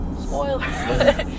spoiler